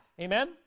Amen